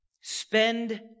Spend